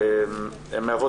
והן מהוות